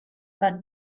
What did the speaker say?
but